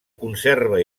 conserva